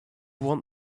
want